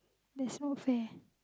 that's not fair